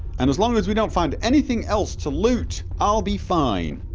and as long as we don't find anything else to loot i'll be fine